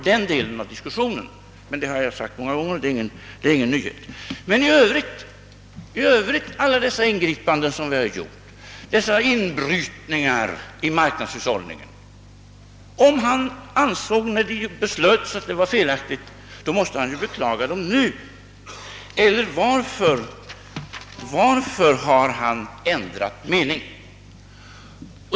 Men i övrigt beträffande alla dessa ingripanden som vi har gjort, dessa inbrytningar i marknadshushållningen, om han ansåg att de var felaktiga när de beslutades, då måste han beklaga dem nu. Eller varför har han ändrat mening?